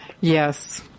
Yes